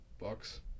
Bucks